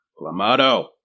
Clamato